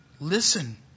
Listen